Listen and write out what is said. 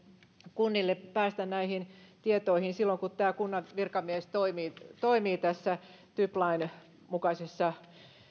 kunnille päästä näihin tietoihin silloin kun kunnan virkamies toimii toimii typ lain mukaisessa